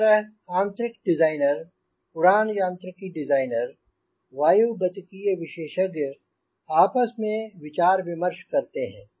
इस तरह आंतरिक डिज़ाइनर उड़ान यांत्रिकी डिज़ाइनर वायु गतिकीय विशेषज्ञ आपस में विचार विमर्श करते हैं